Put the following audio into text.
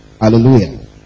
Hallelujah